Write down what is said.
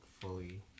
fully